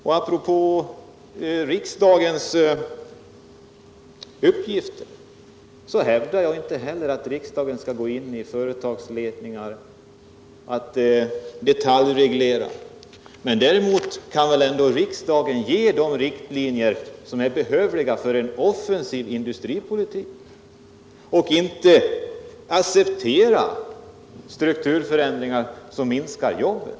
Och apropå riksdagens uppgifter, så hävdar jag inte heller att riksdagen skall gå in i företagsledningarna och detaljreglera. Däremot kan väl ändå riksdagen ge de riktlinjer som är behövliga för en offensiv industripolitik och inte acceptera strukturförändringar som minskar jobben.